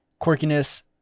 quirkiness